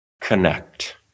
connect